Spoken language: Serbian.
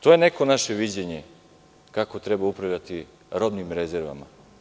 To je neko naše viđenje kako treba upravljati robnim rezervama.